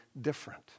different